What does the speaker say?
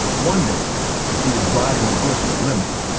one day he was riding with bush in his limo.